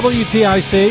wtic